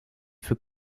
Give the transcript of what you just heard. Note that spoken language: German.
für